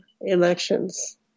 elections